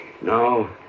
No